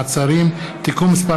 מעצרים) (תיקון מס'